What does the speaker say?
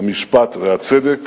המשפט והצדק,